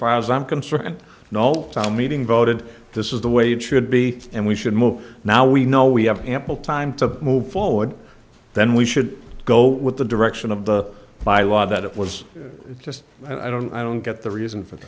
far as i'm concerned an all time meeting voted this is the way it should be and we should move now we know we have ample time to move forward then we should go with the direction of the by law that it was just i don't i don't get the reason for